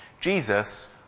Jesus